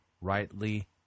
rightly